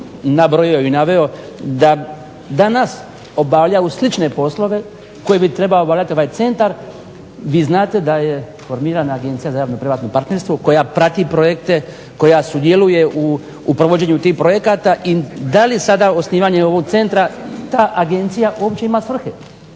nabrojio i naveo da danas obavljaju slične poslove koje bi trebao obavljati ovaj centar vi znate da je formirana Agencija za javno privatno partnerstvo koja prati projekte, koja sudjeluje u provođenju tih projekata i da li sada osnivanjem ovog centra ta agencija uopće ima svrhe?